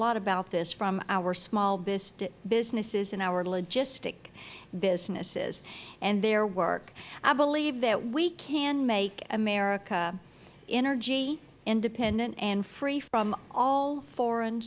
lot about this from our small businesses and our logistic businesses in their work i believe that we can make america energy independent and free from all foreign